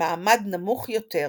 ממעמד נמוך יותר,